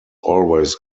always